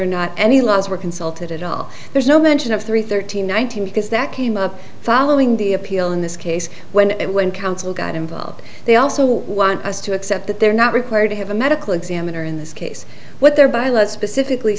or not any laws were consulted at all there's no mention of three thirteen thousand nine hundred because that came up following the appeal in this case when and when counsel got involved they also want us to accept that they're not required to have a medical examiner in this case what they're by let's specifically